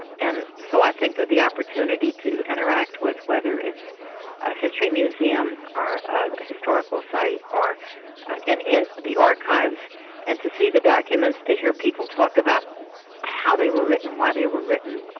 and so i think that the opportunity to interact with whether it's a history museum or a historical site or and in the archives and to see the documents, to hear people talk about how they were written, why they were written,